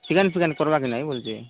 chicken ଫିକେନ୍ କରବା କି ନାହିଁ ବୋଲଛି